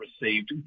received